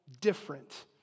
different